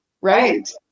Right